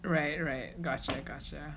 right right gotcha gotcha